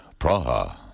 Praha